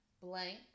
blank